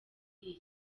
iyi